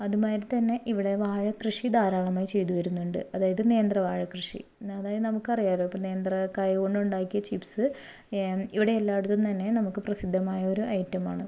അതു മാതിരി തന്നെ ഇവിടെ വാഴ കൃഷി ധാരാളമായി ചെയ്തു വരുന്നുണ്ട് അതായത് നേന്ത്ര വാഴ കൃഷി അതായത് നമുക്ക് അറിയാലോ ഇപ്പം നേന്ത്രക്കായകൊണ്ട് ഉണ്ടാക്കിയ ചിപ്സ് ഇവിടെ എല്ലായിടത്തും തന്നെ നമുക്ക് പ്രസിദ്ധമായ ഒരു ഐറ്റം ആണ്